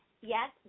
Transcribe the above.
yes